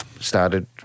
started